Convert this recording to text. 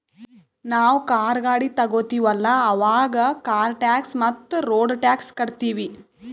ನಾವ್ ಕಾರ್, ಗಾಡಿ ತೊಗೋತೀವಲ್ಲ, ಅವಾಗ್ ಕಾರ್ ಟ್ಯಾಕ್ಸ್ ಮತ್ತ ರೋಡ್ ಟ್ಯಾಕ್ಸ್ ಕಟ್ಟತೀವಿ